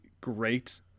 great –